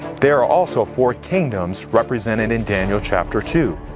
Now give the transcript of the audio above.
there are also four kingdoms represented in daniel chapter two.